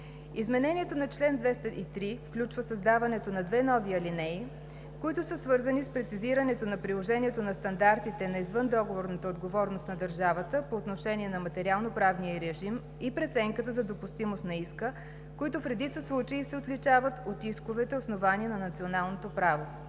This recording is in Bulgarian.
Изменението на чл. 203 включва създаването на две нови алинеи, които са свързани с прецизирането на приложението на стандартите на извъндоговорната отговорност на държавата по отношение на материалноправния ѝ режим и преценката за допустимост на иска, които в редица случаи се отличават от исковете, основани на националното право.